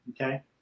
okay